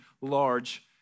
large